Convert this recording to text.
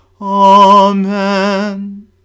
Amen